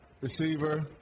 receiver